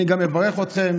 אני גם מברך אתכם